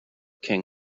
king